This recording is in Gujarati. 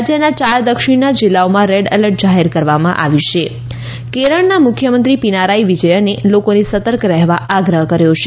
રાજ્યના ચાર દક્ષિણના જીલ્લાઓમાં રેડ એલર્ટ જાહેર કરવામાં આવ્યું હાં કેરળના મુખ્યમંત્રી પિનારાઇ વિજયને લોકોને સતર્ક રહેવા આગ્રહ કર્યો છે